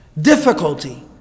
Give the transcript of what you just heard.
difficulty